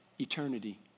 eternity